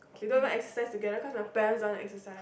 we don't exercise together cause my parents don't want to exercise